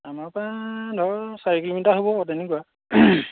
আমাৰ পৰা ধৰ চাৰি কিলোমিটাৰ হ'ব তেনেকুৱা